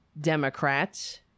Democrats